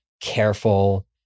careful